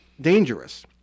dangerous